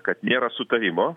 kad nėra sutarimo